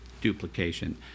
duplication